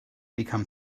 become